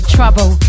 Trouble